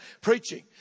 preaching